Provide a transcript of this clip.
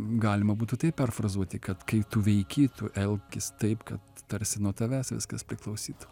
galima būtų taip perfrazuoti kad kai tu veiki tu elkis taip kad tarsi nuo tavęs viskas priklausytų